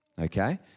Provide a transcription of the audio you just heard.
okay